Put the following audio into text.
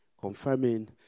Confirming